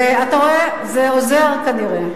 ואתה רואה, זה עוזר כנראה,